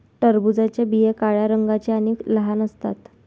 टरबूजाच्या बिया काळ्या रंगाच्या आणि लहान असतात